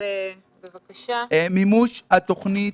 מימוש התוכנית